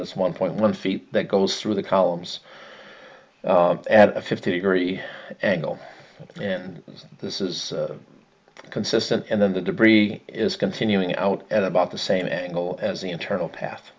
that's one point one feet that goes through the columns at a fifty degree angle and this is consistent and then the debris is continuing out and about the same angle as the internal